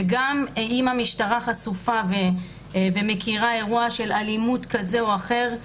וגם אם המשטרה חשופה ומכירה אירוע של אלימות כזאת או אחרת,